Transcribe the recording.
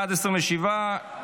בעד, 27,